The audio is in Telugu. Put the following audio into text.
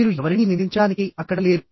మీరు ఎవరినీ నిందించడానికి అక్కడ లేరు